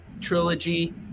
trilogy